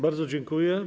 Bardzo dziękuję.